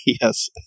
Yes